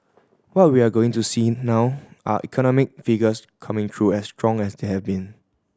what we're going to see now are economic figures coming through as strong as they have been